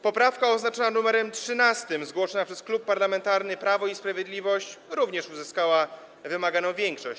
Poprawka oznaczona nr 13, zgłoszona przez Klub Parlamentarny Prawo i Sprawiedliwość, również uzyskała wymaganą większość.